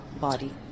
body